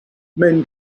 men